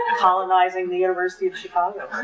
ah colonizing the university of chicago.